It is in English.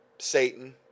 Satan